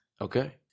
okay